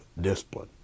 discipline